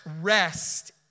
rest